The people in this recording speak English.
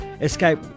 Escape